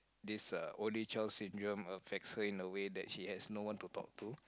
this uh only child syndrome affects her in a way that she has no one to talk to